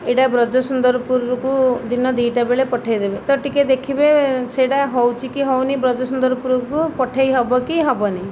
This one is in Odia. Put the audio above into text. ଏଇଟା ବ୍ରଜସୁନ୍ଦରପୁରକୁ ଦିନ ଦୁଇଟା ବେଳେ ପଠେଇଦେବେ ତ ଟିକିଏ ଦେଖିବେ ସେଇଟା ହେଉଛି କି ହେଉନି ବ୍ରଜସୁନ୍ଦରପୁରରୁ ପଠେଇ ହେବକି ହେବନି